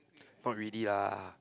not really lah